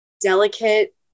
delicate